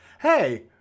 hey